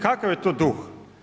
Kakav je to duh?